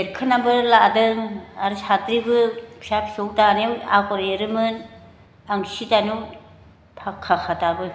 एरखोनाबो लादों आरो साद्रिबो फिसा फिसौ दानायाव आगर एरोमोन आं सि दानायाव पाक्काखा दाबो